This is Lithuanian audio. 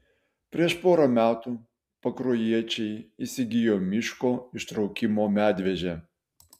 prieš pora metų pakruojiečiai įsigijo miško ištraukimo medvežę